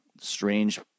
strange